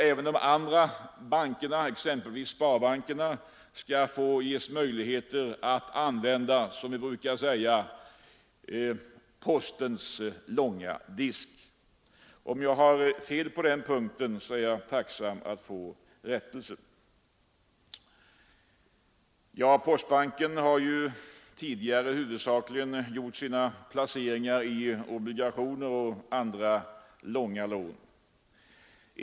Även andra banker, exempelvis sparbankerna, skall alltså ges möjligheter att använda, som vi brukar säga, postens långa disk. Om jag har fel på den punkten är jag tacksam att få rättelse. Postbanken har tidigare huvudsakligen gjort sina placeringar i obligationer och andra långa lån.